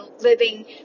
living